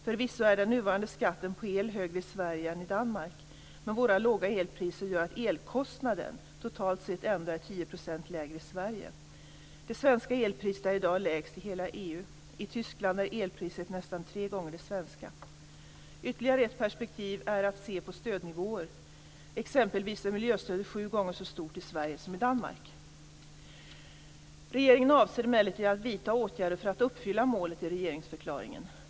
Förvisso är den nuvarande skatten på el högre i Sverige än i Danmark, men våra låga elpriser gör att elkostnaden totalt sett ändå är 10 % lägre i Sverige. Det svenska elpriset är i dag lägst i hela EU. I Tyskland är elpriset nästan tre gånger det svenska. Ytterligare ett perspektiv är att se på stödnivåer. Exempelvis är miljöstödet sju gånger så stort i Sverige som i Danmark. Regeringen avser emellertid att vidta åtgärder för att uppfylla målet i regeringsförklaringen.